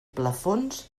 plafons